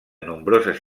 nombroses